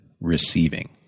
receiving